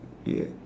yeah